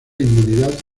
inmunidad